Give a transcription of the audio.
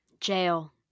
jail